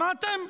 שמעתם?